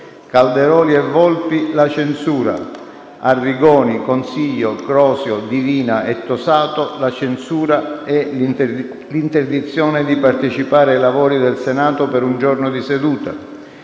Calderoli e Volpi, la censura; Arrigoni, Consiglio, Crosio, Divina e Tosato la censura e l'interdizione di partecipare ai lavori del Senato per un giorno di seduta;